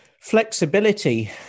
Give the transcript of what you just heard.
flexibility